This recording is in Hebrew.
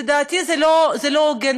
לדעתי זה לא הוגן.